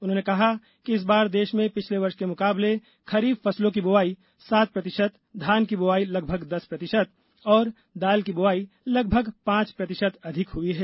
उन्होंने कहा कि इस बार देश में पिछले वर्ष के मुकाबले खरीफ फसलों की बुआई सात प्रतिशत धान की बुआई लगभग दस प्रतिशत और दाल की बुआई लगभग पांच प्रतिशत अधिक हुई है